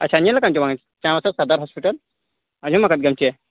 ᱟᱪᱪᱷᱟ ᱧᱮᱞ ᱟᱠᱟᱫ ᱟᱢ ᱥᱮ ᱵᱟᱝᱟ ᱪᱟᱣᱛᱚ ᱥᱚᱫᱚᱨ ᱦᱚᱥᱯᱤᱴᱟᱞ ᱟᱸᱡᱚᱢ ᱟᱠᱟᱫ ᱜᱮᱭᱟᱢᱥᱮ